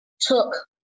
took